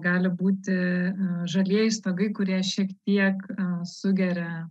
gali būti žalieji stogai kurie šiek tiek sugeria